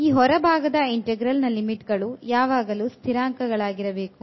ಈ ಹೊರಭಾಗದ ಇಂಟೆಗ್ರಲ್ ನ ಲಿಮಿಟ್ ಗಳು ಯಾವಾಗಲೂ ಸ್ಥಿರಾಂಕ ಗಳಾಗಿರಬೇಕು